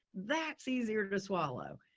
that's easier to swallow.